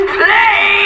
play